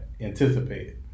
anticipated